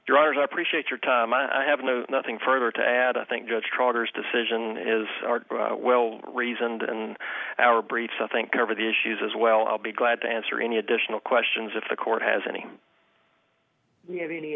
drivers appreciate your time and i have no nothing further to add i think judge trotters decision is well reasoned and our briefs i think cover the issues as well i'll be glad to answer any additional questions if the court has any you have any